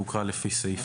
והוכרה לפי סעיף